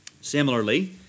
Similarly